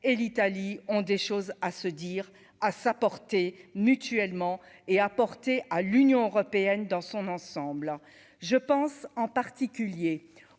l'Italie ont des choses à se dire ah s'apporter mutuellement et apporter à l'Union européenne dans son ensemble, je pense en particulier aux